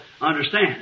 understand